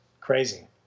Crazy